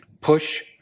push